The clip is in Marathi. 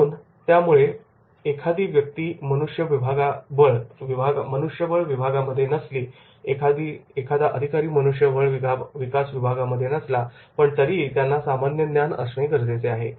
म्हणून त्यामुळे एखादी व्यक्ती मनुष्यबळ विभागामध्ये नसली एखादा अधिकारी मनुष्यबळ विकास विभागांमध्ये नसला पण तरीही त्यांना सामान्यज्ञान असणे गरजेचे आहे